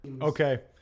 okay